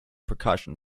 percussion